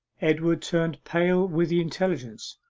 edward turned pale with the intelligence.